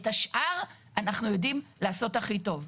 את השאר אנחנו יודעים לעשות הכי טוב.